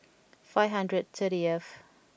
five hundred thirty T F